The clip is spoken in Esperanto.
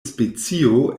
specio